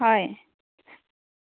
হয়